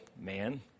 man